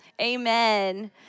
Amen